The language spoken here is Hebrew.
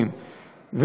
קואליציוניים,